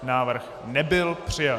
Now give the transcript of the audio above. Návrh nebyl přijat.